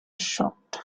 shocked